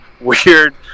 weird